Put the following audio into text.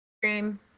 stream